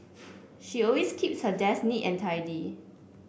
she always keeps her desk neat and tidy